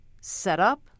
setup